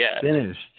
finished